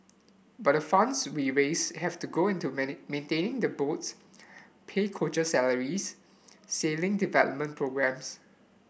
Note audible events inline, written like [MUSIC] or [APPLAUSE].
but the funds we raise have to go into [UNINTELLIGIBLE] maintaining the boats pay coach salaries sailing developmental [UNINTELLIGIBLE]